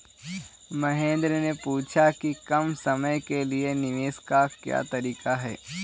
महेन्द्र ने पूछा कि कम समय के लिए निवेश का क्या तरीका है?